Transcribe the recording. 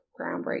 groundbreaking